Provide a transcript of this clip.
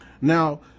Now